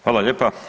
Hvala lijepa.